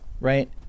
right